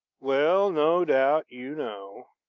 well, no doubt you know.